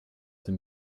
dem